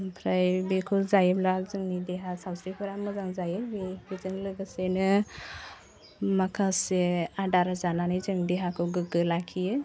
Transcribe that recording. ओमफ्राय बेखौ जायोब्ला जोंनि देहा सावस्रिफोरा मोजां जायो बे बेजों लोगोसेनो माखासे आदार जानानै जों देहाखौ गोग्गो लाखियो